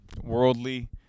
worldly